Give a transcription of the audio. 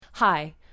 Hi